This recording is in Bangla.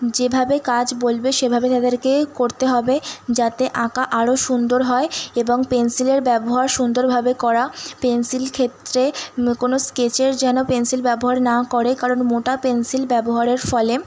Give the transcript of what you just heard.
যেভাবে কাজ বলবে সেভাবে তাদেরকে করতে হবে যাতে আঁকা আরও সুন্দর হয় এবং পেন্সিলের ব্যবহার সুন্দরভাবে করা পেন্সিল ক্ষেত্রে কোনও স্কেচের যেন পেন্সিল ব্যবহার না করে কারণ মোটা পেন্সিল ব্যবহারের ফলে